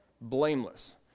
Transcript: blameless